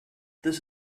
this